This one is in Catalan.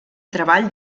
treball